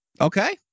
Okay